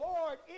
Lord